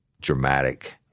dramatic